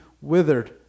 withered